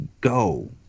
go